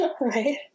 Right